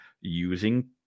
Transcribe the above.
using